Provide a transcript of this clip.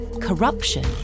corruption